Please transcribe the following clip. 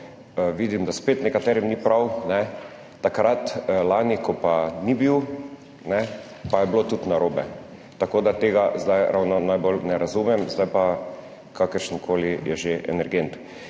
vidim, da spet nekaterim ni prav. Takrat lani, ko pa ni bil, pa je bilo tudi narobe, tako da tega zdaj ravno najbolj ne razumem, pa kakršenkoli je že energent.